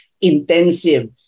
intensive